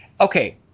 Okay